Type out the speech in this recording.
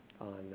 on